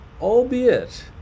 Albeit